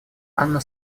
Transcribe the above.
анна